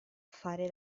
fare